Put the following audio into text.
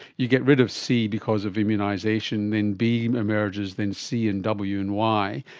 you get rid of c because of immunisation, then b emerges, then c and w and y,